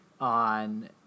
on